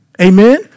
Amen